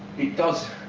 it does,